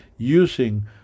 using